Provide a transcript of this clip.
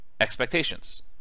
expectations